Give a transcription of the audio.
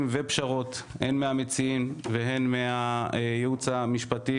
ופשרות הן מהמציעים והן מהייעוץ המשפטי